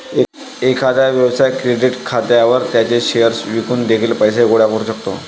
एखादा व्यवसाय क्रेडिट खात्यावर त्याचे शेअर्स विकून देखील पैसे गोळा करू शकतो